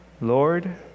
Lord